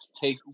take